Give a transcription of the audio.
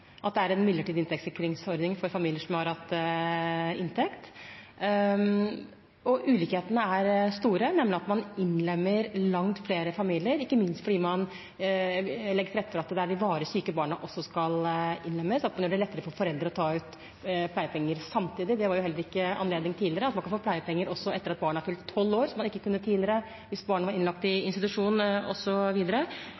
at det er en midlertidig inntektssikringsordning for familier som har hatt inntekt. Ulikhetene er store, nemlig at man innlemmer langt flere familier, ikke minst fordi man legger til rette for at de varig syke barna også skal innlemmes, og at nå blir det lettere for foreldrene å ta ut pleiepenger. Samtidig, og det var det heller ikke anledning til tidligere, kan man få pleiepenger etter at barnet har fylt tolv år. Det kunne man ikke tidligere hvis barnet var innlagt